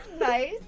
Nice